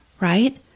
right